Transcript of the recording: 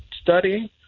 studying